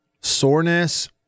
Soreness